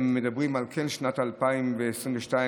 מדברים על שנת 2022,